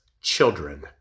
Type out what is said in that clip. children